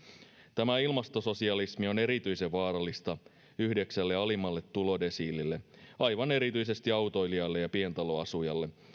tämä ilmastososialismi on erityisen vaarallista yhdeksälle alimmalle tulodesiilille aivan erityisesti autoilijalle ja pientaloasujalle